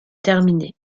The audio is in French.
terminée